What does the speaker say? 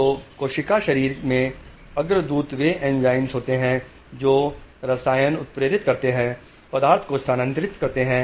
तो कोशिका शरीर में अग्रदूत वे एंजाइम होते हैं जो रसायन जो उत्प्रेरित करते हैं पदार्थ को स्थानांतरित करते हैं